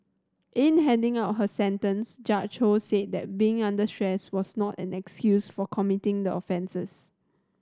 in handing out her sentence Judge Ho said that being under stress was not an excuse for committing the offences